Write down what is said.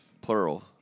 plural